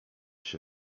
się